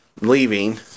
leaving